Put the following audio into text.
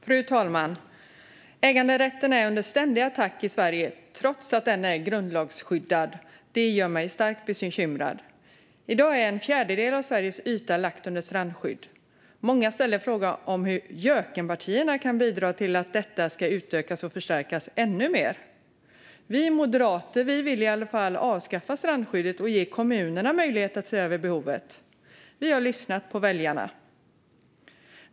Fru talman! Äganderätten är under ständig attack i Sverige trots att den är grundlagsskyddad. Det gör mig starkt bekymrad. I dag är en fjärdedel av Sveriges yta lagd under strandskydd. Många ställer frågan hur JÖK-partierna kan bidra till att detta utökas och förstärks ännu mer. Vi moderater vill i alla fall avskaffa strandskyddet och ge kommunerna möjlighet att se över behovet. Vi har lyssnat på väljarna.